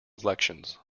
elections